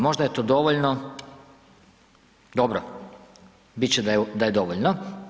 Možda je to dovoljno, dobro, bit će da je dovoljno.